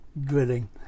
drilling